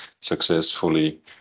successfully